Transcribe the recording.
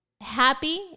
happy